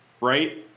right